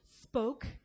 spoke